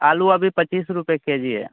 आलू अभी पच्चीस रुपये के जी है